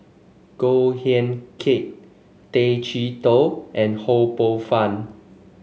Goh Eck Kheng Tay Chee Toh and Ho Poh Fun